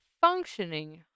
functioning